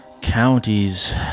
Counties